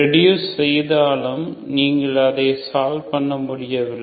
reduce செய்தாலும் நீங்கள் அதை சால்வ் பண்ண முடியவில்லை